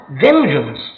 vengeance